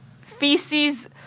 feces